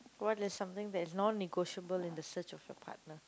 what is something that is non-negotiable in the search of your partner